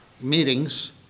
meetings